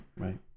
Right